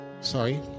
Sorry